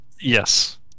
Yes